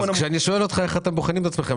אז כשאני שואל אותך איך אתם בוחנים את עצמכם,